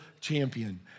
champion